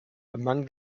among